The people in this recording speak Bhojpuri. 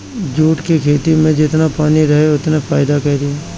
जूट के खेती में जेतना पानी रही ओतने फायदा करी